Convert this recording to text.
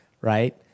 right